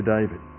David